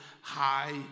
high